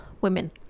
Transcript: women